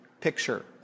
picture